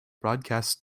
broadcast